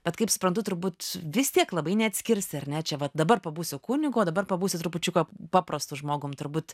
bet kaip suprantu turbūt vis tiek labai neatskirsi ar ne čia va dabar pabūsiu kunigu o dabar pabūsiu trupučiuką paprastu žmogum turbūt